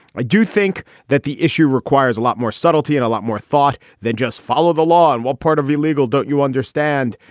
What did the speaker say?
i do think that the issue requires a lot more subtlety and a lot more thought than just follow the law. and what part of illegal don't you understand?